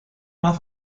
más